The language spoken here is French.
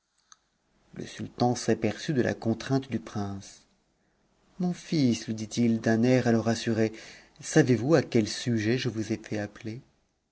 le sultan s'aperçut de la contrainte du prince mon fils lui dit-il d'un air à e rassurer savez-vous à quel sujet je vous ai fait appeler